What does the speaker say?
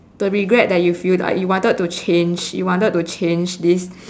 the regret that you feel like you wanted to change you wanted to change this